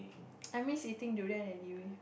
I miss eating durian anyway